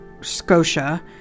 scotia